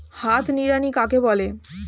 হাত নিড়ানি কাকে বলে?